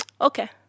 okay